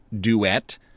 duet